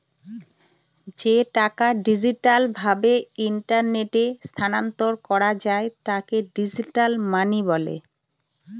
যে টাকা ডিজিটাল ভাবে ইন্টারনেটে স্থানান্তর করা যায় তাকে ডিজিটাল মানি বলে